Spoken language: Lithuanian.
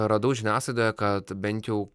radau žiniasklaidoje kad bent jau